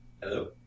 Hello